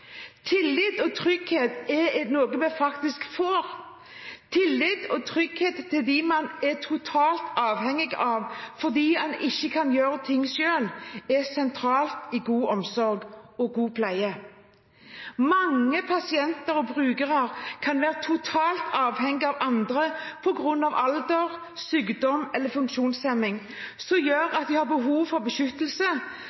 Tillit og trygghet er noe vi faktisk får, og tillit og trygghet til dem man er totalt avhengig av fordi man ikke kan gjøre ting selv, er sentralt i god omsorg og god pleie. Mange pasienter og brukere kan være totalt avhengige av andre på grunn av alder, sykdom eller funksjonshemning, noe som gjør